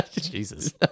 Jesus